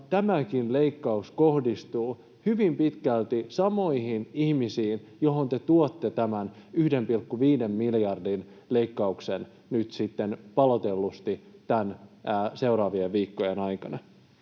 tämäkin leikkaus kohdistuu hyvin pitkälti samoihin ihmisiin, joihin te tuotte tämän 1,5 miljardin leikkauksen nyt sitten paloitellusti seuraavien viikkojen aikana.